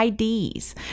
IDs